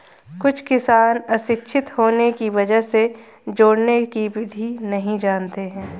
कुछ किसान अशिक्षित होने की वजह से जोड़ने की विधि नहीं जानते हैं